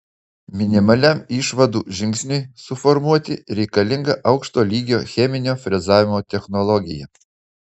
minimaliam išvadų žingsniui suformuoti reikalinga aukšto lygio cheminio frezavimo technologija